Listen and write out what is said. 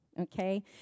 Okay